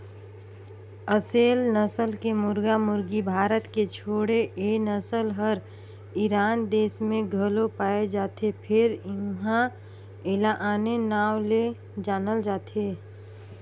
असेल नसल के मुरगा मुरगी भारत के छोड़े ए नसल हर ईरान देस में घलो पाये जाथे फेर उन्हा एला आने नांव ले जानल जाथे